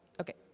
okay